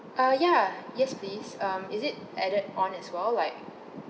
ah ya yes please um is it added on as well like